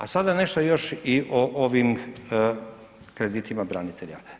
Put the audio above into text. A sada nešto još i o ovim kreditima branitelja.